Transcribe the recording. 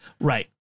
Right